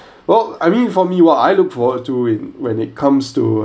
well I mean for me what I look forward to in when it comes to uh